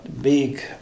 big